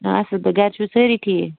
آ اَصٕل پٲٹھۍ گَرِِ چھِوا سٲری ٹھیٖک